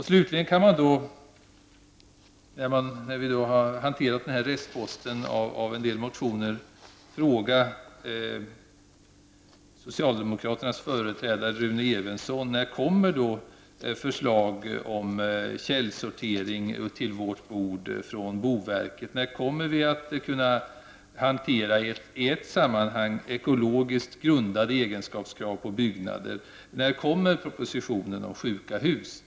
Slutligen vill jag, när vi har hanterat den här restposten av motioner, fråga socialdemokraternas företrädare Rune Evensson: När kommer från boverket till vårt bord förslag om källsortering? När kommer vi att i ett sammanhang få hantera ekologiskt grundade egenskapskrav på byggnader? När kommer propositionen om sjuka hus?